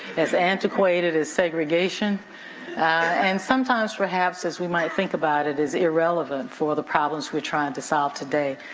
as antiquated as segregation and sometimes perhaps as we might think about it as irrelevant for the problems we're trying to solve today.